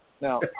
Now